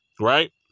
Right